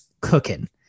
cooking